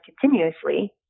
continuously